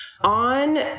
On